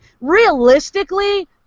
realistically